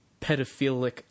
pedophilic